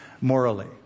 morally